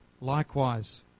Likewise